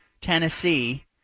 Tennessee